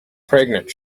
pregnant